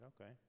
okay